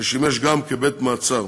ששימש גם כבית-מעצר.